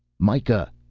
mikah,